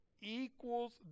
equals